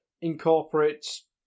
incorporates